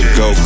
go